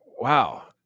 wow